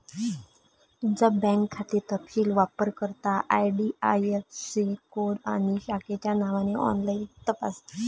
तुमचा बँक खाते तपशील वापरकर्ता आई.डी.आई.ऍफ़.सी कोड आणि शाखेच्या नावाने ऑनलाइन तपासा